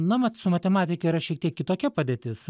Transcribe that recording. na mat su matematika yra šiek tiek kitokia padėtis